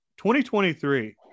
2023